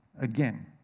Again